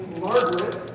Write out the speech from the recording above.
Margaret